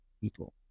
people